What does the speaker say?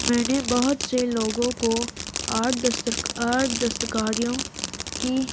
میں نے بہت سے لوگوں کو آرٹ آرٹ دستکاریوں کی